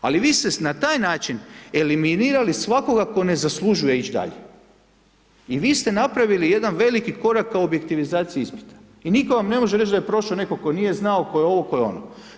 Ali, vi ste na taj način eliminirali svakoga tko ne zaslužuje ići dalje i vi ste napravili jedan veliki korak ka objektivizaciji ispita i nitko vam ne može reći da je prošao netko tko nije znao, tko je ovo, tko je ono.